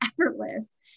effortless